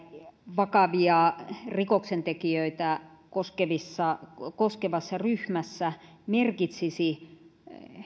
vakavia rikoksentekijöitä koskevassa koskevassa ryhmässä merkitsisi